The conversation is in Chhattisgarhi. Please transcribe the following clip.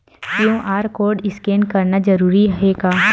क्यू.आर कोर्ड स्कैन करना जरूरी हे का?